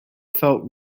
felt